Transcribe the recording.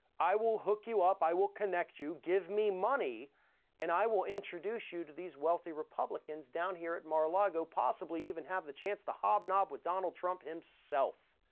i will hook you up, i will connect you, give me money and i will introduce you to these wealthy republicans down here at mar a lago, possibly even have the chance to hob knob with donald trump himself.